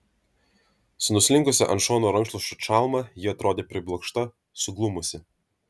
su nuslinkusia ant šono rankšluosčio čalma ji atrodė priblokšta suglumusi